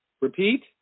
Repeat